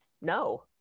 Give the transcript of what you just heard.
no